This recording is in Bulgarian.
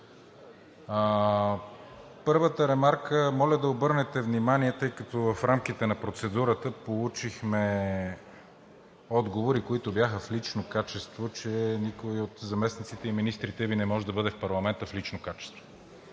Първата ремарка – моля да обърнете внимание, тъй като в рамките на процедурата получихме отговори, които бяха в лично качество, че никой от заместниците и министрите Ви не може да бъде в парламента в лично качество.